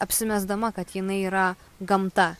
apsimesdama kad jinai yra gamta